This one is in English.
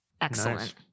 Excellent